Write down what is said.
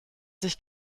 sich